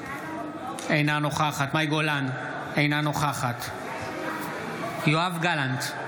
אינה נוכחת מאי גולן, אינה נוכחת יואב גלנט,